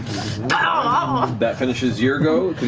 ah that finishes your go.